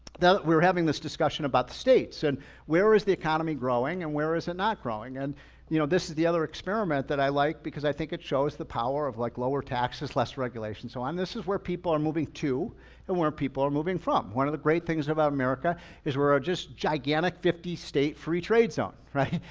we were having this discussion about the states and where is the economy growing and where is it not growing? and you know this is the other experiment that i like because i think it shows the power of like lower taxes, less regulation so on. this is where people are moving to and where people are moving from. one of the great things about america is we were just gigantic fifty state free trade zone, right?